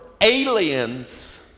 aliens